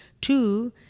Two